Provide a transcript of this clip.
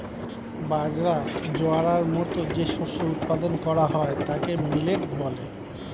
বাজরা, জোয়ারের মতো যে শস্য উৎপাদন করা হয় তাকে মিলেট বলে